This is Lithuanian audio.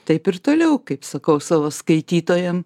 taip ir toliau kaip sakau savo skaitytojam